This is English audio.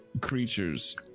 creatures